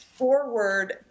Forward